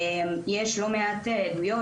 יש לא מעט עדויות,